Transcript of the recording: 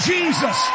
Jesus